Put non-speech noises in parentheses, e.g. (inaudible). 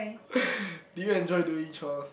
(breath) do you enjoy doing chores